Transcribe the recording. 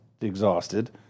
exhausted